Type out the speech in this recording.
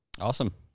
Awesome